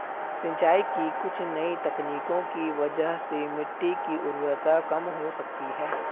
सिंचाई की कुछ नई तकनीकों की वजह से मिट्टी की उर्वरता कम हो सकती है